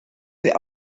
sie